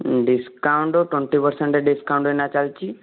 discount twenty percent discount ଏଇନା ଚାଲିଛି